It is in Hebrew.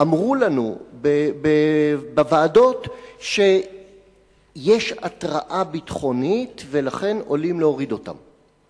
אמרו לנו בוועדות שיש התרעה ביטחונית ולכן עולים להוריד אותם.